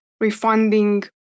refunding